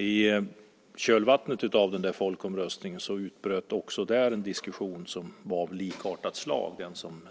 I kölvattnet av den folkomröstningen utbröt också där en diskussion som liknade den som